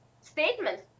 statements